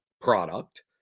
product